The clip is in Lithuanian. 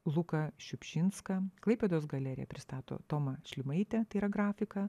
luką šiupšinską klaipėdos galerija pristato tomą šlimaitę tai yra grafika